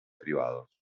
privados